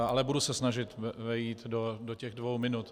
Ale budu se snažit vejít do těch dvou minut.